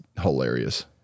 hilarious